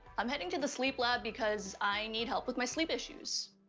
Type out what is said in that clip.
i'm heading to the sleep lab because i need help with my sleep issues.